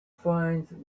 find